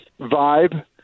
vibe